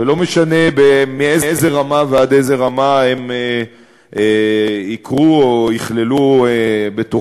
ולא משנה מאיזו רמה עד איזו רמה הם יקרו או יכללו בתוכם,